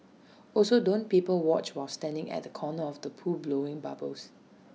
also don't people watch while standing at the corner of the pool blowing bubbles